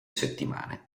settimane